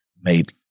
made